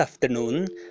afternoon